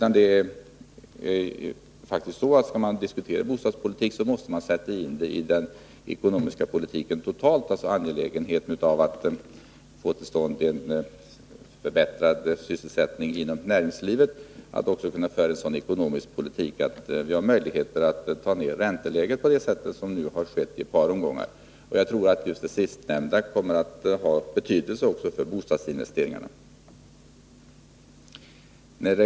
När vi diskuterar bostadspolitiken måste vi sätta in den i den ekonomiska politiken totalt och se på angelägenheten av att få till stånd förbättrad sysselsättning inom näringslivet, och att föra en sådan ekonomisk politik att det finns möjligheter att justera ner ränteläget på det sätt som nu har skett i ett par omgångar. Och jag tror att det sistnämnda kommer att ha betydelse också för bostadsinvesteringarna.